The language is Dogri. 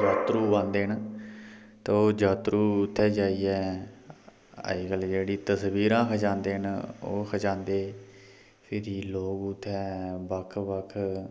जात्तरू आंदे न ते ओह् जात्तरू उत्थें जाइयै अज्ज कल जेह्ड़ी तस्वीरां खचांदे न ओह् खचांदे फिरी लोग उत्थें बक्ख बक्ख